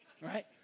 right